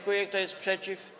Kto jest przeciw?